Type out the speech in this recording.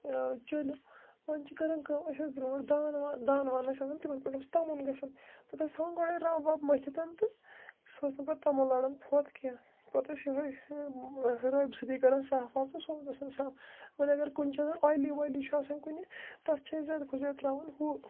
وۄنۍ چھِ کَران کٲم أسۍ ٲسۍ برٛونٛٹھ دان وان دانہٕ وانہٕ ٲسۍ آسان تِمَن پٮ۪ٹھ اوس تَمُن گَژھان تَتھ ٲسۍ تھاوان گۄڈَے رَب وَب مٔتھِتھ تہٕ سۄ ٲسۍ نہٕ پَتہٕ تَمُن لاران پھوٚت کیٚنٛہہ پَتہٕ ٲسۍ یِہوٚے رَبہِ سۭتی کَران صاف واف تہٕ سُہ اوس گَژھان صاف وۄنۍ اگر کُنہِ چھِ آسان آیلی وایلی چھُ آسان کُنہِ تَتھ چھِ أسۍ زیادٕ کھۄتہٕ زیادٕ ترٛاوان ہُہ